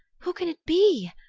who can it be?